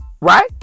Right